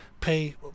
pay